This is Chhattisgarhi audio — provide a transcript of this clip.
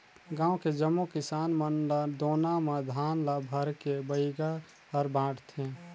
गांव के जम्मो किसान मन ल दोना म धान ल भरके बइगा हर बांटथे